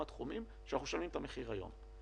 תחומים ואנחנו משלמים עליה את המחיר היום.